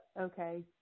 okay